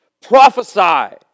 prophesy